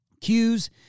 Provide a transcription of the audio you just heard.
Cues